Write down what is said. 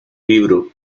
libro